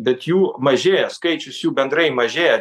bet jų mažėja skaičius jų bendrai mažėja